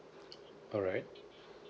alright